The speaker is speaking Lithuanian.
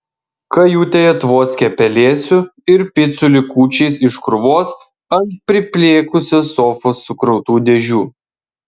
kajutėje tvoskė pelėsiu ir picų likučiais iš krūvos ant priplėkusios sofos sukrautų dėžių